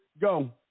Go